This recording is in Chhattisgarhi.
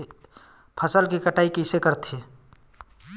फसल के कटाई कइसे करथे?